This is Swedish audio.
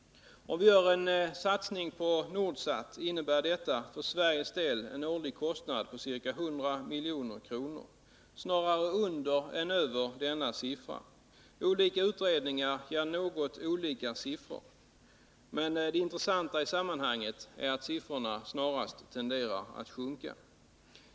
Om vi gör en satsning på Nordsat innebär det för Sveriges del en årlig kostnad på ca 100 miljoner — snarare under än över denna siffra. Olika utredningar ger något olika siffror, men det intressanta i sammanhanget är att siffrorna snarast tenderar att sjunka.